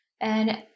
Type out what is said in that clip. And